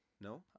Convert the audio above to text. no